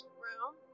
room